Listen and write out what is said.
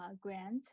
grant